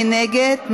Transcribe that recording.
מי נגד?